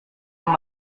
yang